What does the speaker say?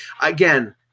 again